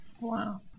Wow